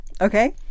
okay